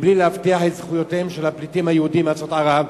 בלי להבטיח את זכויותיהם של הפליטים היהודים מארצות ערב,